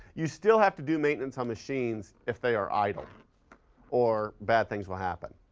you still have to do maintenance on machines if they are idle or bad things will happen,